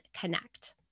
connect